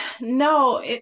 No